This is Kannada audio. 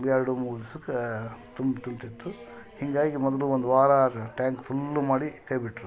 ಎರಡು ಮೂರು ದಿವ್ಸಕ್ಕಾ ತುಂಬಿ ತುಂಬ್ತಿತ್ತು ಹೀಗಾಗಿ ಮೊದಲು ಒಂದು ವಾರಾರು ಟ್ಯಾಂಕ್ ಫುಲ್ ಮಾಡಿ ಕೈ ಬಿಟ್ಟರು